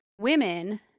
women